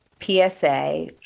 PSA